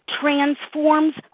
transforms